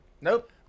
Nope